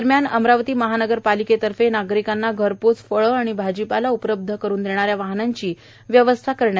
दरम्यान अमरावती महानगर पालिकेतर्फे नागरिकांना घरपोच फळ आणि भाजीपाला उपलब्ध करून देण्याऱ्या वाहनाची व्यवस्था करण्यात आली आहे